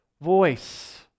voice